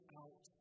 out